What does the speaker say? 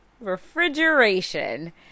refrigeration